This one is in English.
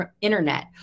internet